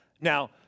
Now